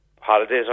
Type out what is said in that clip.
holidays